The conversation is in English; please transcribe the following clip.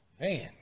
man